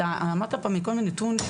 אתה אמרת פה מקודם נתון,